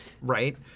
right